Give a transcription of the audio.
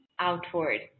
outward